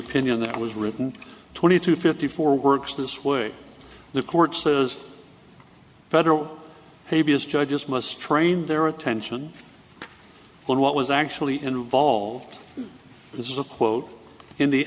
opinion that was written twenty two fifty four works this way the court says federal habeas judges must train their attention when what was actually involved in this is a quote in the